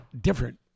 different